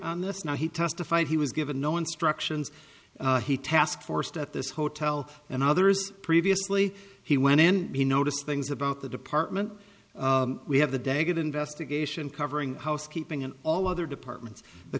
on this now he test fight he was given no instructions he task force at this hotel and others previously he went and he noticed things about the department we have the degen investigation covering housekeeping and all other departments the